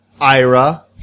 Ira